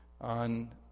on